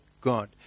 God